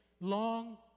long